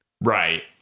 Right